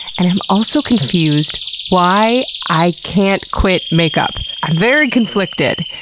and i'm also confused why i can't quit makeup. i'm very conflicted.